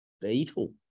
beetle